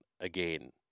again